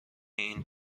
این